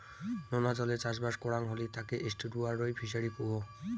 লোনা জলে চাষবাস করাং হলি তাকে এস্টুয়ারই ফিসারী কুহ